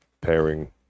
pairing